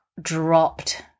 dropped